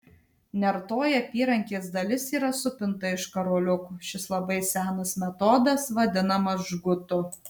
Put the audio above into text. nertoji apyrankės dalis yra supinta iš karoliukų šis labai senas metodas vadinamas žgutu